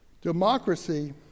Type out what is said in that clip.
Democracy